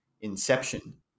Inception